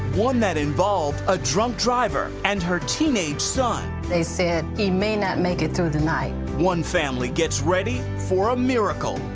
one that involved a drunk driver and her teenaged son. they said, he may not make it through the night. one family gets ready for a miracle.